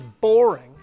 boring